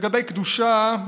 לגבי קדושה,